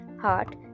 heart